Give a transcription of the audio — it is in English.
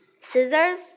scissors